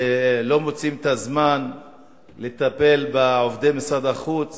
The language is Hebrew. שלא מוצאים את הזמן לטפל בעובדי משרד החוץ